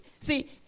See